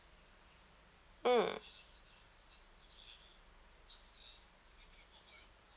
mm